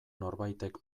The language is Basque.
norbaitek